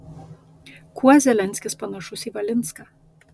kuo zelenskis panašus į valinską